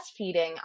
breastfeeding